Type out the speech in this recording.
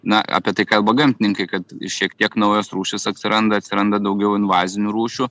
na apie tai kalba gamtininkai kad šiek tiek naujos rūšys atsiranda atsiranda daugiau invazinių rūšių